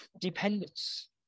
Dependence